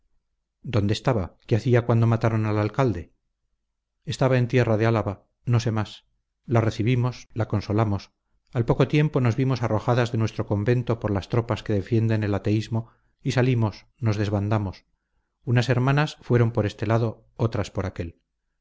dónde estaba qué hacía cuando mataron al alcalde estaba en tierra de álava no sé más la recibimos la consolamos al poco tiempo nos vimos arrojadas de nuestro convento por las tropas que defienden el ateísmo y salimos nos desbandamos unas hermanas fueron por este lado otras por aquél